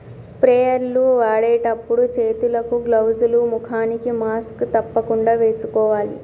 sprayer లు వాడేటప్పుడు చేతులకు గ్లౌజ్ లు, ముఖానికి మాస్క్ తప్పకుండా వేసుకోవాలి